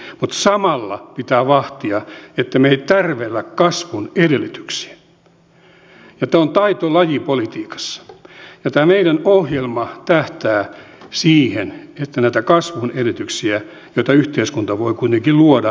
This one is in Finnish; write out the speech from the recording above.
mutta samalla pitää vahtia että me emme tärvele kasvun edellytyksiä ja tämä on taitolaji politiikassa ja tämä meidän ohjelmamme tähtää siihen että näitä kasvun edellytyksiä joita yhteiskunta voi kuitenkin luoda ei tärvellä